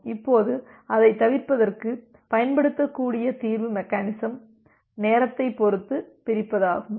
இப்போது அதைத் தவிர்ப்பதற்கு பயன்படுத்தக்கூடிய தீர்வு மெக்கெனிசம் நேரத்தைப் பொறுத்து பிரிப்பதாகும்